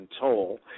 Toll